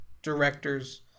directors